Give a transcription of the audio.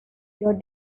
your